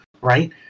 right